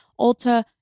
Ulta